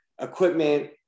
equipment